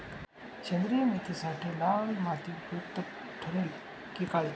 सेंद्रिय मेथीसाठी लाल माती उपयुक्त ठरेल कि काळी?